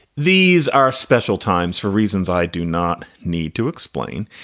these are special times for reasons i do not need to explain.